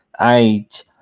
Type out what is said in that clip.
age